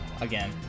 Again